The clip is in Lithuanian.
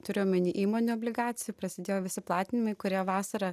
turiu omeny įmonių obligacijų prasidėjo visi platinimai kurie vasarą